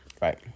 right